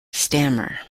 stammer